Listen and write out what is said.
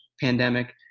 pandemic